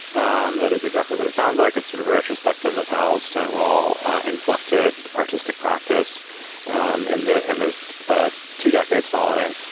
um that is exactly what it sounds like. it's sort of a retrospective of how stonewall inflected artistic practice um and in those ah two decades following.